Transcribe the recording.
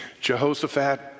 Jehoshaphat